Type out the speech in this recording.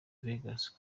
vegas